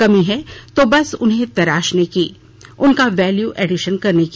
कमी है तो बस उन्हें तराशने की उनका वैल्यू एडीशन करने की